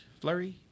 Flurry